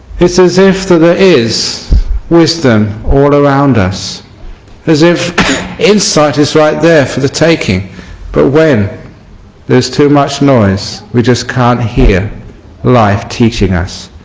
this is if there is wisdom all around us as if insight is right there for the taking but when there is too much noise we just can't hear life teaching us.